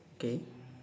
okay